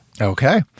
Okay